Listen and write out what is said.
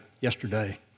yesterday